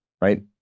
right